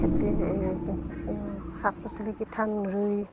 খেতি এই এই শাক পাচলি কিঠান ৰুই